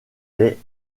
lait